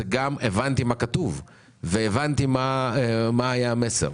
אלא גם הבנתי מה כתוב ומה היה המסר.